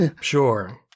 sure